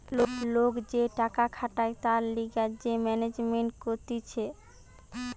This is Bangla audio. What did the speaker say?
লোক যে টাকা খাটায় তার লিগে যে ম্যানেজমেন্ট কতিছে